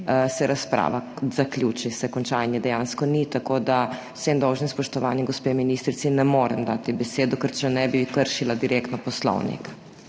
se razprava zaključi, se konča, je dejansko ni. Tako da z vsem dolžnim spoštovani gospe ministrici ne morem dati besedo, ker če ne, bi direktno kršila